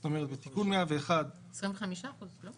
כלומר, בתיקון 101 -- 25%, לא?